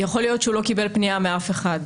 יכול להיות שהוא לא קיבל פנייה מאף אחד.